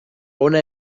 hona